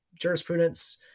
Jurisprudence